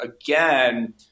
again